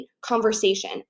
conversation